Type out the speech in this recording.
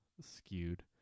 skewed